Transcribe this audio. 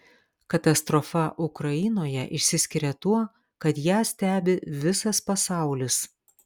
katastrofa ukrainoje išsiskiria tuo kad ją stebi visas pasaulis